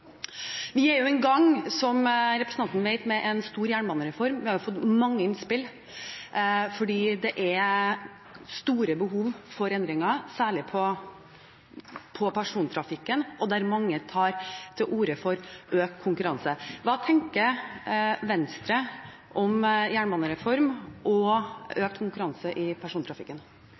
Vi er – som representanten vet – i gang med en stor jernbanereform. Vi har fått mange innspill, for det er stort behov for endringer, særlig når det gjelder persontrafikken. Her tar mange til orde for økt konkurranse. Hva tenker Venstre om jernbanereform og økt konkurranse i persontrafikken?